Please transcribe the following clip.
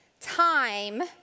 time